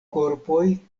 korpoj